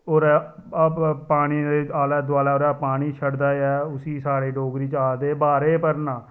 ओह्दा पानी आले दोआले ओह्दे पानी छड़दा ऐ उसी सारे डोगरी च आखदे बारे भरना